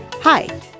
Hi